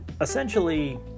essentially